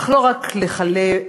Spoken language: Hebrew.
אך לא רק לחלב,